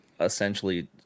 essentially